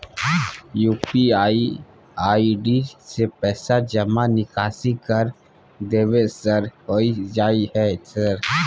UPI ID से पैसा जमा निकासी कर देबै सर होय जाय है सर?